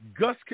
Gus